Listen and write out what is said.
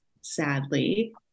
sadly